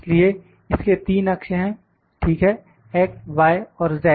इसलिए इसके 3 अक्ष हैं ठीक है x y और z